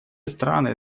страны